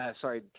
sorry